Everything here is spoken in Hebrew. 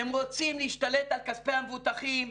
אתם רוצים להשתלט על כספי המבוטחים?